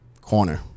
Corner